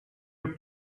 took